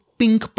pink